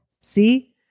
see